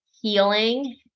healing